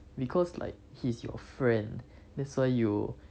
because like he's your friend that's why you